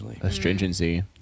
astringency